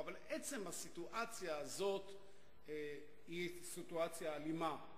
אבל עצם הסיטואציה הזאת היא סיטואציה אלימה.